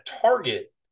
target